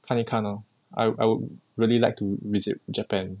看一看 lor I I would really like to visit japan